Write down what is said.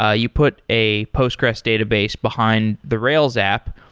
ah you put a postgres database behind the rails app.